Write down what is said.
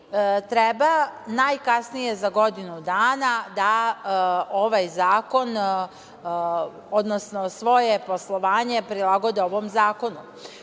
treba najkasnije za godinu dana da ovaj zakon, odnosno svoje poslovanje prilagode ovom